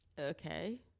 Okay